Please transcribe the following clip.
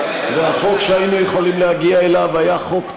והחוק שהיינו יכולים להגיע אליו היה יכול להיות חוק טוב,